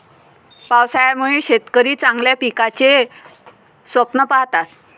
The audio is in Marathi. पावसाळ्यामुळे शेतकरी चांगल्या पिकाचे स्वप्न पाहतात